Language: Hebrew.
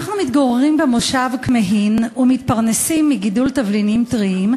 אנחנו מתגוררים במושב כמהין ומתפרנסים מגידול תבלינים טריים,